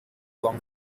along